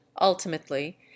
ultimately